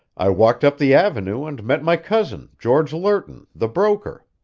i walked up the avenue, and met my cousin, george lerton, the broker.